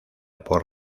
por